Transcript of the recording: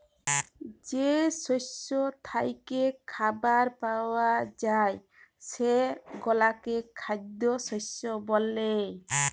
যে শস্য থ্যাইকে খাবার পাউয়া যায় সেগলাকে খাইদ্য শস্য ব্যলে